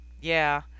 Yeah